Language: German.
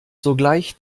sogleich